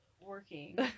working